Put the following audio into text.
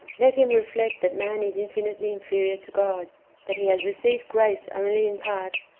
let him reflect that man is infinitely inferior to god that he has received grace only in part,